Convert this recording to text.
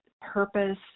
purpose